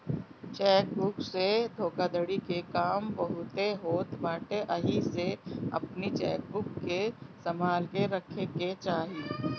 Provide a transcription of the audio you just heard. check book से धोखाधड़ी के काम बहुते होत बाटे एही से अपनी चेकबुक के संभाल के रखे के चाही